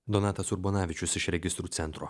donatas urbonavičius iš registrų centro